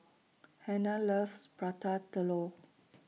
Hanna loves Prata Telur